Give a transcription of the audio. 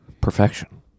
Perfection